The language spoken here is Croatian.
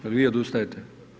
Jel vi odustajete?